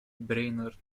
brainerd